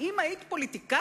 אם היית פוליטיקאית,